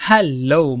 Hello